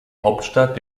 hauptstadt